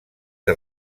que